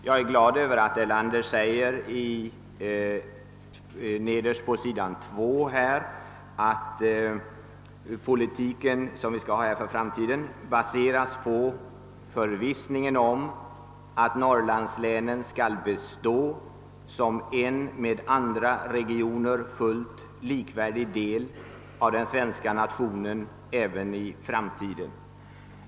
Jag är glad över att herr Erlander sä ger i sitt svar att den politik som vi skall föra för framtiden »baseras på förvissningen om att Norrlandslänen skall bestå som en med andra regioner fullt likvärdig del av den svenska nationen även i framtiden».